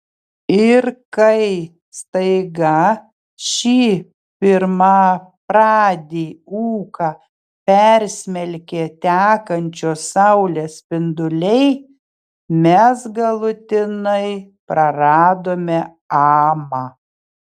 ir kai staiga šį pirmapradį ūką persmelkė tekančios saulės spinduliai mes galutinai praradome amą